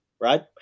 Right